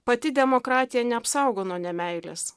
pati demokratija neapsaugo nuo nemeilės